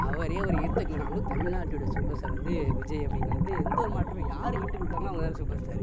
அவரே அவர் ஏத்துக்கலைனாலும் தமிழ்நாட்டோட சூப்பர் ஸ்டார் வந்து விஜய் அப்படிங்கிறதில் வந்து எந்த ஒரு மாற்றமே யார் ஹிட்டு கொடுக்குறாங்களோ அவங்கதானே சூப்பர் ஸ்டாரு